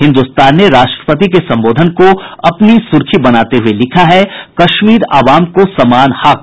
हिन्दुस्तान ने राष्ट्रपति के संबोधन को अपनी सुर्खी बनाते हुए लिखा है कश्मीर अवाम को समान हक